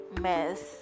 mess